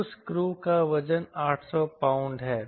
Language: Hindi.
उस क्रू का वजन 800 पाउंड है